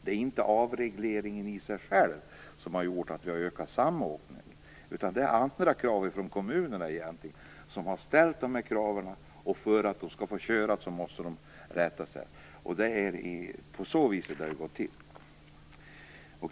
Det är inte avregleringen i sig själv som har gjort att samåkningen har ökat utan det beror på att kommunerna har ställt dessa krav. För att få dessa körningar måste man rätta sig efter detta. På det sättet har det gått till.